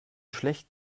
schlecht